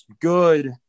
good